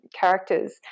characters